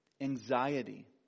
anxiety